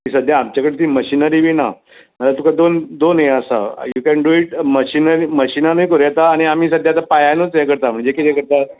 सद्या आमचे कडेन ती मशिनरी बी ना नाजाल्यार तुका दोन दोन हें आसात you can do it machinery मशिनानूय करूं येता आनी आमी सद्या आतां पांयांनूच ये करतात म्हणजें कितें करतात